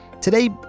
Today